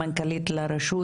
מנכ"לית הרשות,